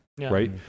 right